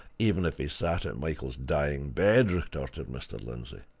even if he sat at michael's dying bed! retorted mr. lindsey.